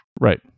Right